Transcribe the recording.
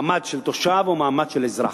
מעמד של תושב או מעמד של אזרח.